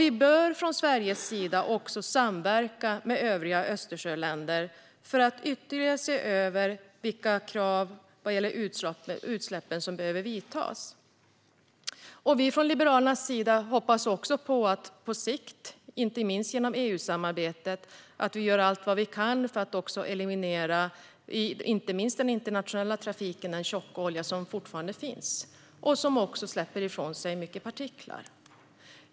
Vi bör från Sveriges sida samverka med övriga Östersjöländer för att ytterligare se över vilka krav gällande utsläpp som behöver införas. Vi i Liberalerna hoppas att vi på sikt, inte minst genom EU-samarbetet, ska göra allt vi kan för att eliminera den internationella trafik med tjockolja som fortfarande finns och som släpper ifrån sig mycket partiklar.